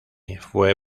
fue